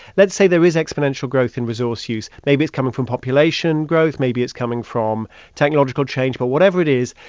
let's say there is exponential growth in resource use. maybe it's coming from population growth. maybe it's coming from technological change. but whatever it is,